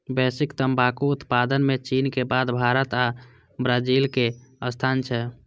वैश्विक तंबाकू उत्पादन मे चीनक बाद भारत आ ब्राजीलक स्थान छै